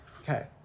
Okay